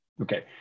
Okay